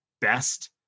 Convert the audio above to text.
best